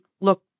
look